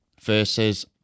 versus